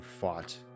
fought